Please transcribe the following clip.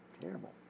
terrible